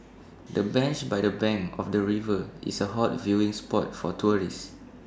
the bench by the bank of the river is A hot viewing spot for tourists